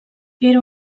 era